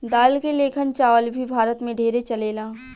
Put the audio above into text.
दाल के लेखन चावल भी भारत मे ढेरे चलेला